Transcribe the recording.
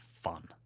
fun